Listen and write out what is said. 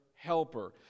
helper